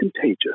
contagious